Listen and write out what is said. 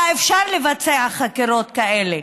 היה אפשר לבצע חקירות כאלה.